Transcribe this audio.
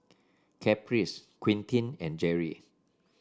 Caprice Quentin and Jerry